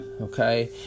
okay